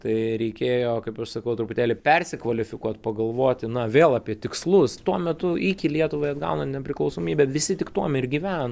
tai reikėjo kaip aš sakau truputėlį persikvalifikuot pagalvoti na vėl apie tikslus tuo metu iki lietuvai atgaunant nepriklausomybę visi tik tuom ir gyveno